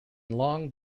long